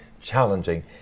challenging